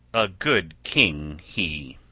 a good king he!